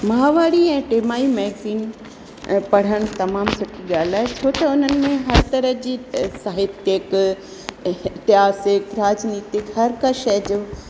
महावारी ऐं टिमाही मैगज़िन ऐं पढ़णु तमामु सुठी ॻाल्हि आहे छो त हुननि में हर तरह जी साहित्यिक इतिहासिक राजनीतिक हर का शइ जो